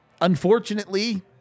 Unfortunately